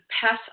pass